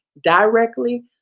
directly